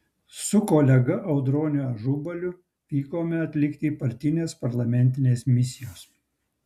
su kolega audroniu ažubaliu vykome atlikti partinės parlamentinės misijos